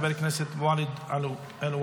חבר הכנסת ואליד אלהואשלה,